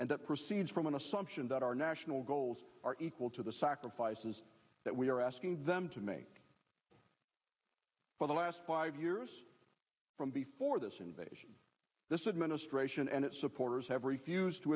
that proceeds from an assumption that our national goals are equal to the sacrifices that we are asking them to make for the last five years from before this invasion this administration and its supporters have refused to